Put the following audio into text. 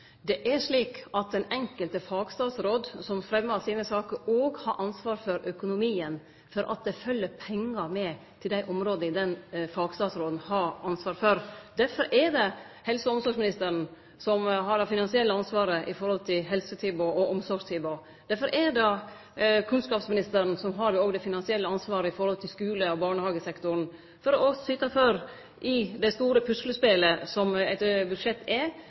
Det er slik at den enkelte fagstatsråden som fremmar sine saker, òg har ansvaret for økonomien, for at det følgjer pengar med til dei områda den fagstatsråden har ansvar for. Derfor er det helse- og omsorgsministeren som har det finansielle ansvaret for helsetilbod og omsorgstilbod. Derfor er det kunnskapsministeren som òg har det finansielle ansvaret for skule- og barnehagesektoren, for å syte for – i det store puslespelet som eit budsjett er – at den sektoren er fullfinansiert, at det er samsvar mellom oppgåver og økonomi. Derfor er